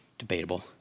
Debatable